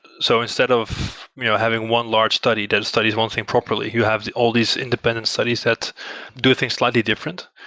so instead of having one large study that studies one thing properly, you have all these independent studies that do things slightly different,